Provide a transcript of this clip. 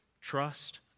trust